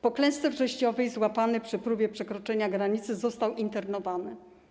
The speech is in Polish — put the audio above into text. Po klęsce wrześniowej złapany przy próbie przekroczenia granicy został internowany.